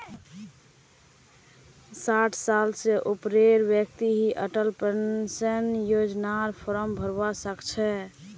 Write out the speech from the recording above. साठ साल स ऊपरेर व्यक्ति ही अटल पेन्शन योजनार फार्म भरवा सक छह